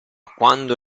quando